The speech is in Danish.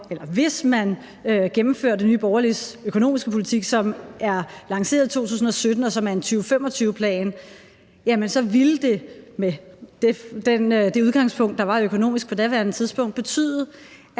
hvis man gennemfører Nye Borgerliges økonomiske politik, som er lanceret i 2017, og som er en 2025-plan, så ville det med det økonomiske udgangspunkt, der var på daværende tidspunkt, betyde,